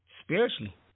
spiritually